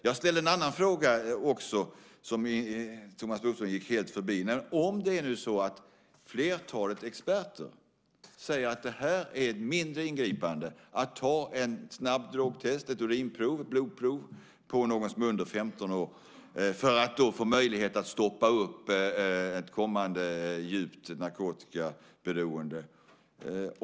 Jag ställde en annan fråga också, som gick Thomas Bodström helt förbi. Flertalet experter säger att det här är ett mindre ingripande. Man tar ett snabbt drogtest, ett urinprov och ett blodprov på någon som är under 15 år för att få möjlighet att stoppa ett kommande djupt narkotikaberoende.